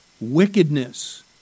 wickedness